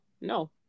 no